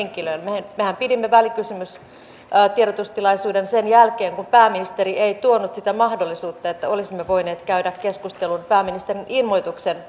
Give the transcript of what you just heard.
henkilöön mehän mehän pidimme välikysymystiedotustilaisuuden sen jälkeen kun pääministeri ei tuonut sitä mahdollisuutta että olisimme voineet käydä keskustelun pääministerin ilmoituksen